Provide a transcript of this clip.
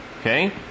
Okay